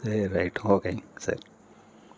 சேரி ரைட்டு ஓகேங்க சரி